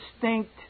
distinct